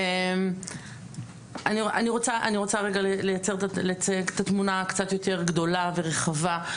אני רוצה לצייר את התמונה קצת יותר גדולה ורווחה.